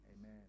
Amen